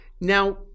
Now